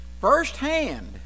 firsthand